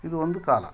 ಇದು ಒಂದು ಕಾಲ